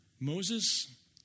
Moses